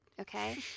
okay